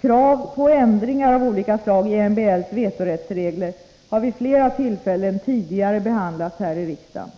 Krav på ändringar av olika slag i MBL:s vetorättsregler har vid flera tillfällen tidigare behandlats här i riksdagen.